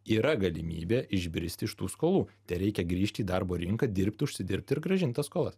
yra galimybė išbristi iš tų skolų tereikia grįžti į darbo rinką dirbt užsidirbt ir grąžinti tas skolas